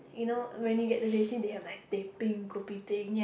you know when you get to J_C they have like teh peng kopi peng